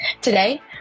Today